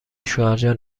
شوهرجان